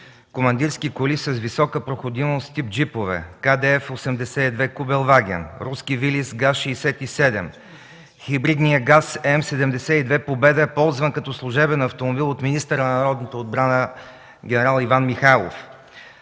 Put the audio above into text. командирски коли с висока проходимост тип джипове: КДФ-82 „Кубелваген”; руския „Вилис” – ГАЗ-67; хибридния ГАЗ М-72 „Победа”, ползван като служебен автомобил от министъра на Народната отбрана ген. Иван Михайлов;